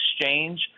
exchange